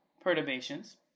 perturbations